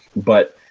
but,